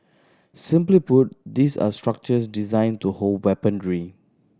simply put these are structures designed to hold weaponry